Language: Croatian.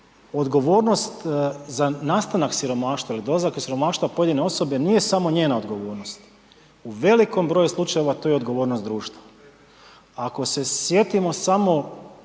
odgovornost za nastanak siromaštva ili dolazak u siromaštvo pojedine osobe nije samo njena odgovornost. U velikom broju slučajeva to je odgovornost društva. Ako se sjetimo samo,